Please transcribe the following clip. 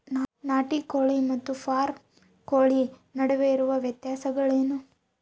ನಾಟಿ ಕೋಳಿ ಮತ್ತು ಫಾರಂ ಕೋಳಿ ನಡುವೆ ಇರುವ ವ್ಯತ್ಯಾಸಗಳೇನು?